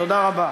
תודה רבה.